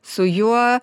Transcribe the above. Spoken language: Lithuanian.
su juo